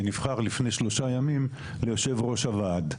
שנבחר לפני שלושה ימים ליושב-ראש הוועד.